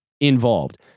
involved